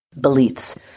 beliefs